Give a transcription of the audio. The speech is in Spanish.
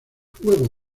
huevo